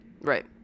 Right